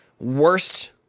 worst